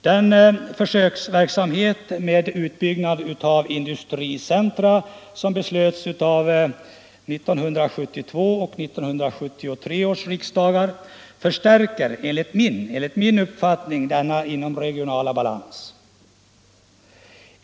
Den försöksverksamhet med utbyggnad av industricentra som beslöts av 1972 och 1973 års riksdagar förstärker enligt min uppfattning denna inomregionala obalans.